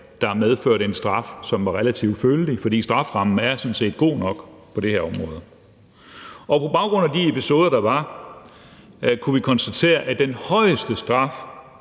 der medførte en straf, der var relativt følelig, for strafferammen er sådan set god nok på det her område. På baggrund af de episoder, der var, kunne vi konstatere, at den højeste straf,